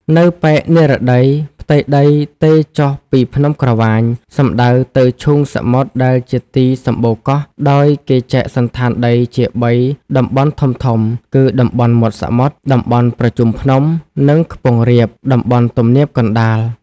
នៅប៉ែកនិរតី ផ្ទៃដីទេរចុះពីភ្នំក្រវាញ សំដៅទៅឈូងសមុទ្រដែលជាទី សំបូរកោះ ដោយគេចែកសណ្ឋានដីជាបីតំបន់ធំៗ គឺ តំបន់មាត់សមុទ្រ តំបន់ប្រជុំភ្នំ និង ខ្ពង់រាប តំបន់ទំនាបកណ្តាល។